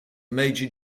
major